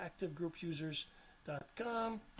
activegroupusers.com